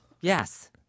Yes